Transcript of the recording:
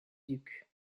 duc